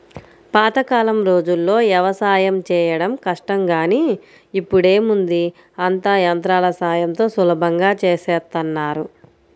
పాతకాలం రోజుల్లో యవసాయం చేయడం కష్టం గానీ ఇప్పుడేముంది అంతా యంత్రాల సాయంతో సులభంగా చేసేత్తన్నారు